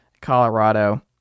Colorado